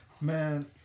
Man